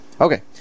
okay